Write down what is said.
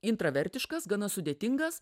intravertiškas gana sudėtingas